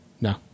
No